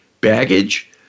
baggage